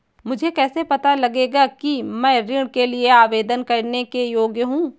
मुझे कैसे पता चलेगा कि मैं ऋण के लिए आवेदन करने के योग्य हूँ?